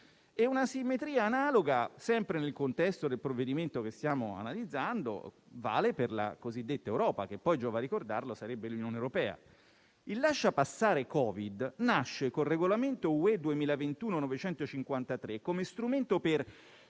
Un'asimmetria analoga - sempre nel contesto del provvedimento che siamo analizzando - vale per la cosiddetta Europa, che poi, giova ricordarlo, sarebbe l'Unione europea. Il lasciapassare Covid-19 nasce con il regolamento UE 2021/953 come strumento per